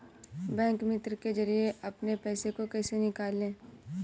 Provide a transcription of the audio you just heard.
Bank मित्र के जरिए अपने पैसे को कैसे निकालें?